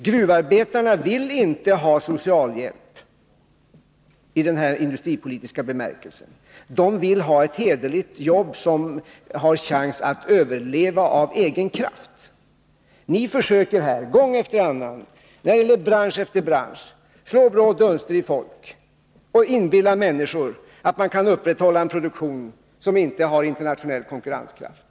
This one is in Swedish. Gruvarbetarna vill inte ha socialhjälp i den här industripolitiska bemärkelsen. De vill ha hederliga jobb som har chans att överleva av egen kraft. Ni försöker här gång efter gång när det gäller bransch efter bransch att slå blå dunster i ögonen på folk och inbilla människorna att man kan upprätthålla en produktion som inte har internationell konkurrenskraft.